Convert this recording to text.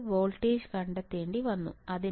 എനിക്ക് വോൾട്ടേജ് കണ്ടെത്തേണ്ടിവന്നു